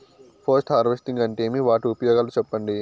Post harvesting అంటే ఏమి? వాటి ఉపయోగాలు చెప్పండి?